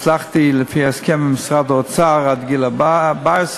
הצלחתי לפי ההסכם עם משרד האוצר עד גיל 14,